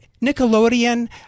Nickelodeon